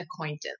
acquaintance